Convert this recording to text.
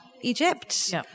Egypt